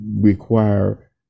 require